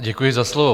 Děkuji za slovo.